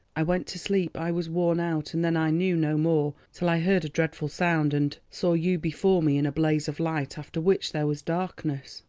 i went to sleep, i was worn out, and then i knew no more till i heard a dreadful sound, and saw you before me in a blaze of light, after which there was darkness.